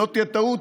שלא תהיה טעות,